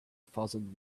thousand